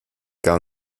gar